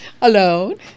alone